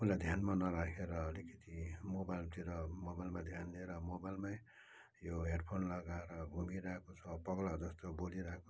आफूलाई ध्यानमा नराखेर अलिकति मोबाइलतिर मोबाइलमा ध्यान दिएर मोबाइलमै यो हेडफोन लगाएर घुमिरहेको छ पगला जस्तो बोलिरहेको छ